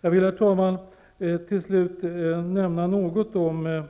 Jag vill, herr talman, till slut nämna något om